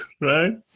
right